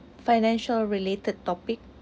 financial related topic